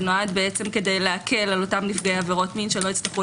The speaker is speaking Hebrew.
זה נועד להקל על אותם נפגעי עבירות מין שלא יצטרכו